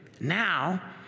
Now